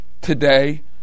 Today